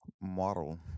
model